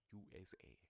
usa